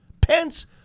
Pence